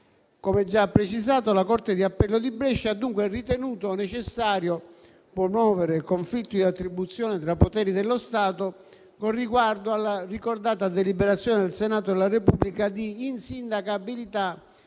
Come già precisato, la corte di appello di Brescia ha dunque ritenuto necessario promuovere il conflitto di attribuzione tra poteri dello Stato, con riguardo alla ricordata deliberazione del Senato della Repubblica di insindacabilità